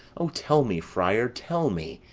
o, tell me, friar, tell me,